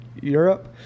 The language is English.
Europe